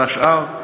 והשאר,